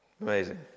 Amazing